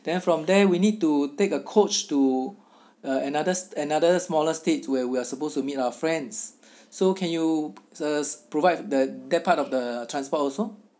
then from there we need to take a coach to uh another another smaller states where we are supposed to meet our friends so can you just provide the that part of the transport also